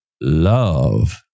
love